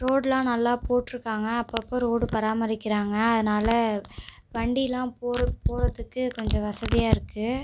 ரோடுலாம் நல்லா போட்டுருக்காங்க அப்போப்ப ரோடு பராமரிக்கிறாங்க அதனால் வண்டியெல்லா போகிற போகிறதுக்கு கொஞ்சோம் வசதியாக இருக்குது